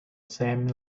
same